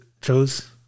chose